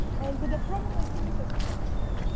and the the problem i think is structural.